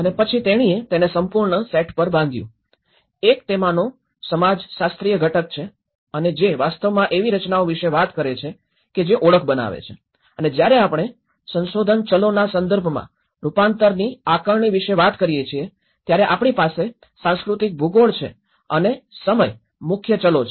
અને પછી તેણીએ તેને સંપૂર્ણ સેટ પર બાંધ્યું એક તેમાંનો સમાજશાસ્ત્રીય ઘટક છે અને જે વાસ્તવમાં એવી રચનાઓ વિશે વાત કરે છે કે જે ઓળખ બનાવે છે અને જ્યારે આપણે સંશોધન ચલોના સંદર્ભમાં રૂપાંતરની આકારણી વિશે વાત કરીએ છીએ ત્યારે આપણી પાસે સાંસ્કૃતિક ભૂગોળ છે અને સમય મુખ્ય ચલો છે